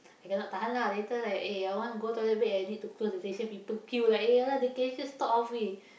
I cannot tahan lah later like eh I want to go toilet break I need to close the station people queue like eh !alah! the cashier stop halfway